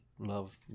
Love